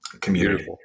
community